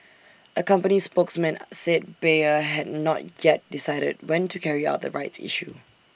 A company spokesman said Bayer had not yet decided when to carry out the rights issue